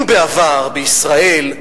אם בעבר בישראל,